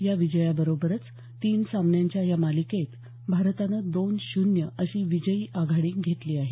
या विजयाबरोबरच तीन सामन्यांच्या या मालिकेत भारतानं दोन शून्य अशी विजयी आघाडी घेतली आहे